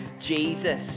Jesus